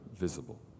visible